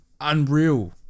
unreal